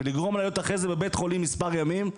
ולגרום לה להיות אחרי זה בבית חולים מספר ימים,